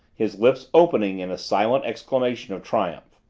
his lips opening in a silent exclamation of triumph.